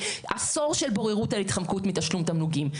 עשור של בוררות על התחמקות מתשלום תמלוגים,